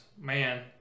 man